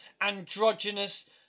androgynous